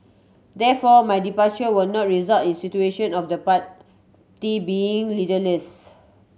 therefore my departure will not result in situation of the party being leaderless